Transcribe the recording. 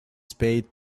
spade